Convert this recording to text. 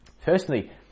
Firstly